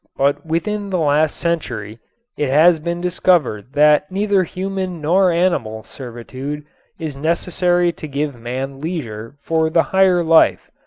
but within the last century it has been discovered that neither human nor animal servitude is necessary to give man leisure for the higher life,